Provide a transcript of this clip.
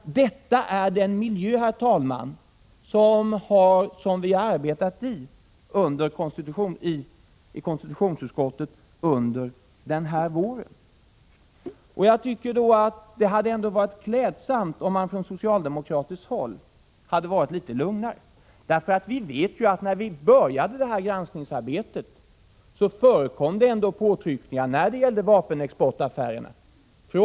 Detta är den miljö, herr talman, som konstitutionsutskottet har arbetat i under denna vår. Det hade varit klädsamt om man från socialdemokratiskt håll hade varit litet lugnare. Vi vet ju att det förekom påtryckningar från ledande socialdemokratiskt håll, när vi började detta granskningsarbete med vapenexportaffärerna.